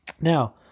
Now